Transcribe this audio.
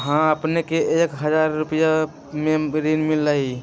हां अपने के एक हजार रु महीने में ऋण मिलहई?